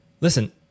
Listen